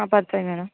పడతాయి మేడం